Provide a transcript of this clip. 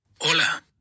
Hola